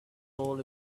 all